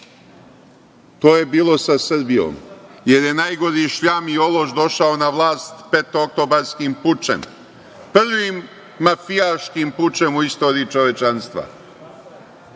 To je bilo sa Srbijom, jer je najgori šljam i ološ došao na vlast petooktobarskim pučem. Prvim mafijaškim pučem u istoriji čovečanstva. Lako